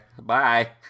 bye